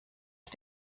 auf